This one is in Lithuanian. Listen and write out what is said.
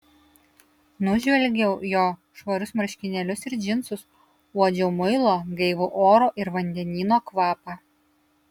nužvelgiau jo švarius marškinėlius ir džinsus uodžiau muilo gaivų oro ir vandenyno kvapą